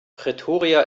pretoria